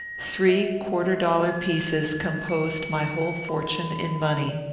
three quarter-dollar pieces composed my whole fortune in money.